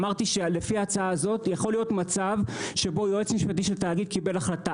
אמרתי שלפי ההצעה הזאת יכול להיות מצב שבו יועץ משפטי של תאגיד קיבל החלטה